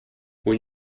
when